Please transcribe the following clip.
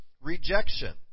rejection